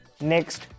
next